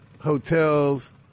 hotels